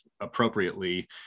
appropriately